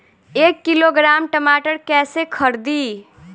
एक किलोग्राम टमाटर कैसे खरदी?